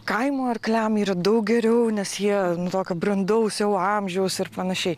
kaimo arkliam yra daug geriau nes jie tokio brandaus jau amžiaus ir panašiai